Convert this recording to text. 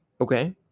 okay